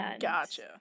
Gotcha